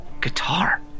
guitar